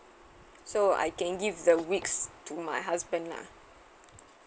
so I can give the weeks to my husband lah